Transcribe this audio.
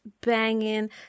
banging